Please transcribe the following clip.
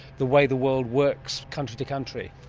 the way the world works country to country?